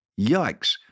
Yikes